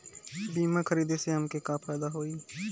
बीमा खरीदे से हमके का फायदा होई?